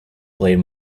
played